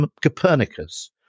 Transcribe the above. Copernicus